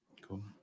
Cool